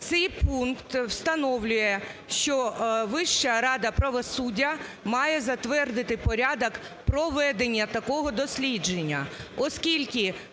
Цей пункт встановлює, що Вища рада правосуддя має затвердити порядок проведення такого дослідження. Оскільки